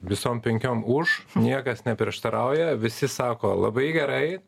visom penkiom už niekas neprieštarauja visi sako labai gerai